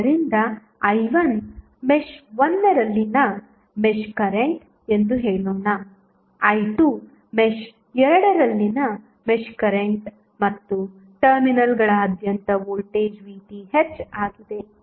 ಆದ್ದರಿಂದ i1 mesh 1 ರಲ್ಲಿನ mesh current ಎಂದು ಹೇಳೋಣ i2 ಮೆಶ್ 2 ರಲ್ಲಿನ ಮೆಶ್ ಕರೆಂಟ್ ಮತ್ತು ಟರ್ಮಿನಲ್ಗಳಾದ್ಯಂತ ವೋಲ್ಟೇಜ್ VTh ಆಗಿದೆ